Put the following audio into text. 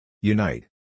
Unite